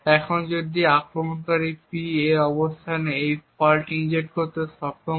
এখন যদি আক্রমণকারী P এর এই অবস্থানে একটি ফল্ট ইনজেক্ট করতে সক্ষম হয়